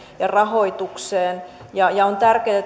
ja rahoitukseen yhä vahvemmin ja on tärkeätä